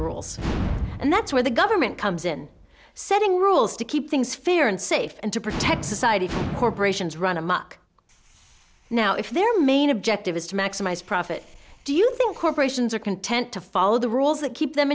rules and that's where the government comes in setting rules to keep things fair and safe and to protect society from corporations run amuck now if their main objective is to maximize profit do you think corporations are content to follow the rules that keep them